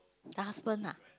the husband ah